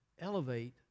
elevate